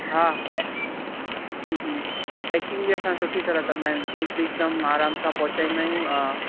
हा हूं हूं पैकिंग बि असां सुठी तरह कंदा आहियूं केक बि हिकदमि आराम सां पहुचाईंदा आहियूं